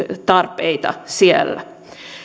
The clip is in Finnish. tarpeita siellä